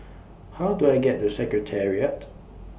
How Do I get to Secretariat